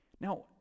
now